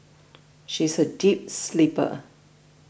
she is a deep sleeper